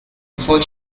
before